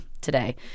today